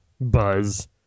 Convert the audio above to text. buzz